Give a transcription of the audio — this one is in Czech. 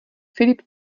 filip